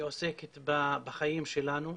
היא עוסקת בחיים שלנו.